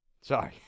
Sorry